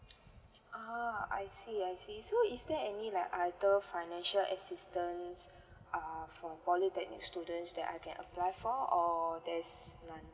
a'ah I see I see so is there any like other financial assistance uh for polytechnic students that I can apply for or there's none